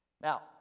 Now